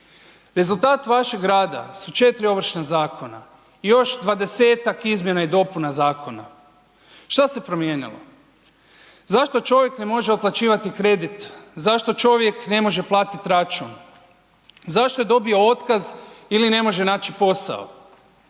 Rezultat vašeg rada su 4 Ovršna zakona, još 20-tak izmjena i dopuna zakona. Šta se promijenilo? Zašto čovjek ne može otplaćivati kredit? Zašto čovjek ne može platit račun? Zašto je dobio otkaz ili ne može naći posao?